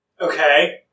Okay